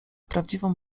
prawdziwą